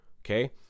Okay